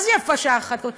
מה זה יפה שעה אחת קודם?